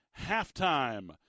HALFTIME